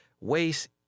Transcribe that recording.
waste